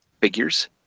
figures